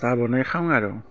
চাহ বনাই খাওঁ আৰু